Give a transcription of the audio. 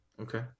Okay